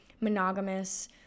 monogamous